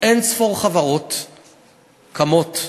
אין-ספור חברות קמות,